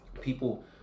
people